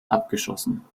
abgeschossen